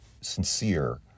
sincere